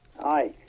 Hi